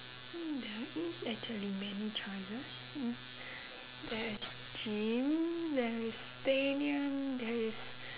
hmm there is actually many choices there is gym there is stadium there is